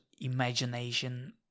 imagination